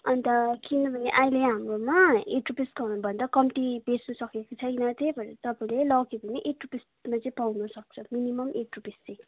अन्त किनभने अहिले हाम्रोमा एट रुपिस भन्दा कम्ती बेच्नु सकेको छैन त्यही भएर तपाईँले लग्यो भने एट रुपिसमा चाहिँ पाउनु सक्छ मिनिमम् एट रुपिस चाहिँ